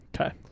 Okay